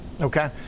Okay